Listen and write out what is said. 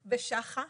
בשח"א,